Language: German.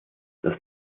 das